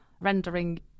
rendering